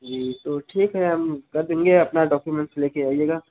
जी तो ठीक है हम कर देंगे अपने डाक्यूमेंट्स लेकर आइएगा